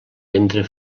ventre